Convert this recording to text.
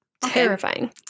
terrifying